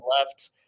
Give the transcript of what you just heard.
left